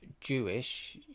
Jewish